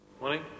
Morning